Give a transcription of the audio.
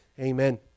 Amen